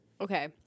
Okay